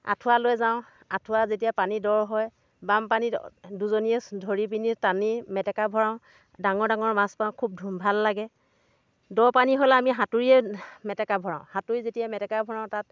আঁঠুৱা লৈ যাওঁ আঁঠুৱা যেতিয়া পানী দ' হয় বাম পানীত দুজনীয়ে ধৰি পিনি টানি মেটেকা ভৰাওঁ ডাঙৰ ডাঙৰ মাছ পাওঁ খুব ভাল লাগে দ' পানী হ'লে আমি সাঁতুৰিয়ে মেটেকা ভৰাওঁ সাঁতুৰি যেতিয়া মেটেকা ভৰাওঁ তাত